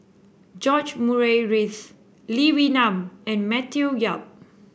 George Murray Reith Lee Wee Nam and Matthew Yap